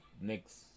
next